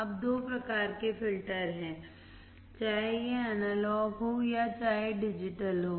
अब दो प्रकार के फिल्टर हैं चाहे यह एनालॉग हो या चाहे डिजिटल हो